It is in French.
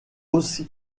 aussi